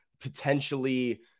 potentially –